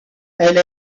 elle